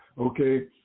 okay